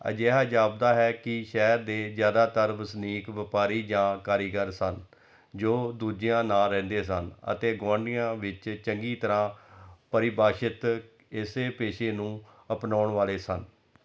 ਅਜਿਹਾ ਜਾਪਦਾ ਹੈ ਕਿ ਸ਼ਹਿਰ ਦੇ ਜ਼ਿਆਦਾਤਰ ਵਸਨੀਕ ਵਪਾਰੀ ਜਾਂ ਕਾਰੀਗਰ ਸਨ ਜੋ ਦੂਜਿਆਂ ਨਾਲ ਰਹਿੰਦੇ ਸਨ ਅਤੇ ਗੁਆਂਢੀਆਂ ਵਿੱਚ ਚੰਗੀ ਤਰ੍ਹਾਂ ਪਰਿਭਾਸ਼ਿਤ ਇਸੇ ਪੇਸ਼ੇ ਨੂੰ ਅਪਣਾਉਣ ਵਾਲੇ ਸਨ